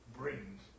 Brings